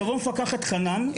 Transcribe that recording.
תבוא מפקחת חנן,